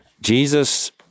Jesus